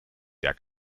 der